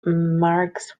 marks